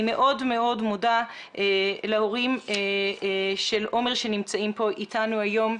אני מאוד מודה להורים של עומר שנמצאים פה אתנו היום,